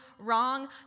wrong